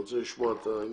אני רוצה לשמוע את העניין.